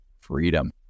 freedom